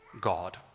God